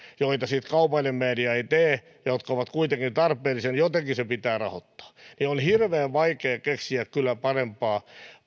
joita sitten kaupallinen media ei tee ja jotka ovat kuitenkin tarpeellisia niin jotenkin se pitää rahoittaa ja on hirveän vaikea keksiä kyllä parempaa